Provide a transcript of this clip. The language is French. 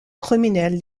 criminels